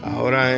Ahora